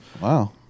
Wow